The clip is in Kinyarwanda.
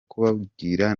kubabwira